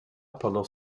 pendant